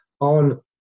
on